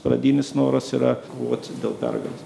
pradinis noras yra kovot dėl pergalės